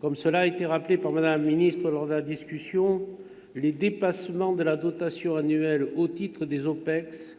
Comme vous l'avez rappelé lors de la discussion des articles, madame la ministre, les dépassements de la dotation annuelle au titre des OPEX